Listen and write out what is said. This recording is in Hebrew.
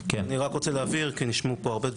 אתה כבר יכול לראות --- כולם יודעים שיש את הזהות הביומטרית.